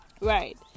right